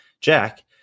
Jack